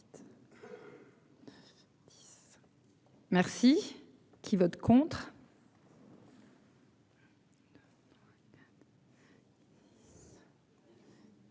Merci qui vote contre.